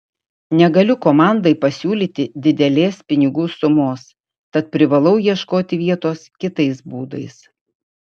negaliu komandai pasiūlyti didelės pinigų sumos tad privalau ieškoti vietos kitais būdais